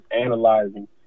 analyzing